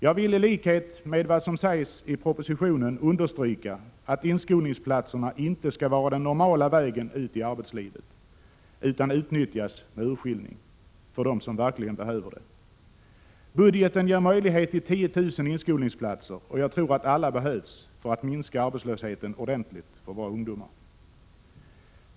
Jag vill i likhet med vad som står i propositionen understryka att inskolningsplatserna inte skall vara den normala vägen ut i arbetslivet utan bör utnyttjas med urskiljning för dem som verkligen behöver dem. Budgeten ger möjlighet till 10 000 inskolningsplatser, och jag tror att alla behövs för att minska arbetslösheten ordentligt för våra ungdomar.